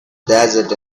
desert